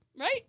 right